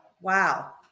Wow